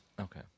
Okay